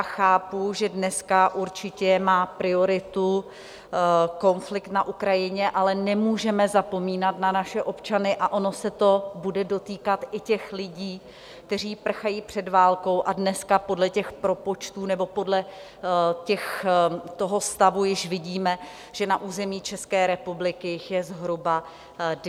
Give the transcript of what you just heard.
Chápu, že dneska určitě má prioritu konflikt na Ukrajině, ale nemůžeme zapomínat na naše občany, a ono se to bude dotýkat i těch lidí, kteří prchají před válkou a dneska podle těch propočtů nebo podle toho stavu již vidíme, že na území České republiky jich je zhruba 200 000.